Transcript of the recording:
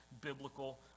biblical